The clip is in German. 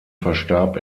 verstarb